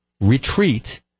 retreat